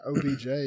OBJ